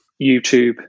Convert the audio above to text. YouTube